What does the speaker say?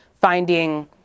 finding